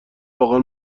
واقعا